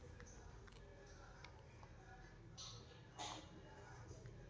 ನಾಲ್ಕ್ ಪ್ರಕಾರದ್ ಡೆರಿವೆಟಿವ್ ಗಳು ಯಾವ್ ಯಾವವ್ಯಾವು?